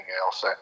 else